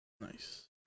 nice